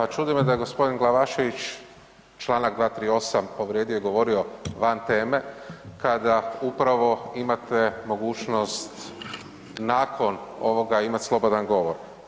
Pa čudi me da je gospodin Glavašević Članak 238. povrijedio i govorio van teme kada upravo imate mogućnost nakon ovoga imati slobodan govor.